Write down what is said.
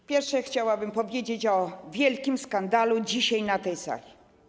Po pierwsze, chciałabym powiedzieć o wielkim skandalu dzisiaj na tej sali.